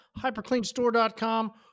hypercleanstore.com